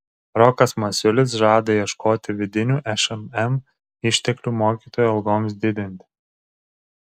rokas masiulis žada ieškoti vidinių šmm išteklių mokytojų algoms didinti